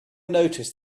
noticed